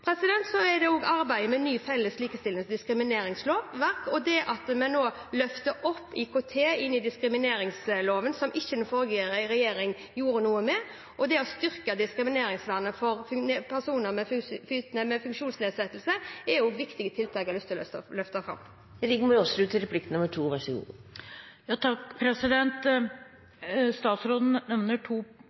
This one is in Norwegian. Så er det også arbeidet med ny felles likestillings- og diskrimineringslov, og det at vi nå løfter IKT inn i diskrimineringsloven, som den forrige regjeringen ikke gjorde noe med. Å styrke diskrimineringsvernet for personer med funksjonsnedsettelse er også et viktig tiltak jeg har lyst å løfte fram. Statsråden nevner to konkrete punkter: en handlingsplan og en felles likestillings- og diskrimineringslov. Opplever statsråden